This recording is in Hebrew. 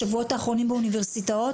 בשבועות האחרונים באוניברסיטאות,